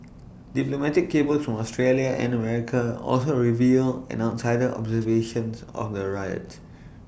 diplomatic cables from Australia and America also revealed an outsider's observation of the riots